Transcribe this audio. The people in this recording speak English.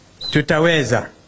tutaweza